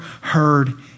heard